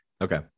Okay